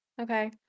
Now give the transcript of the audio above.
Okay